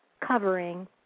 covering